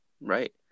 right